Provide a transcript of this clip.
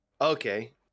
Okay